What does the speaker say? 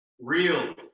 real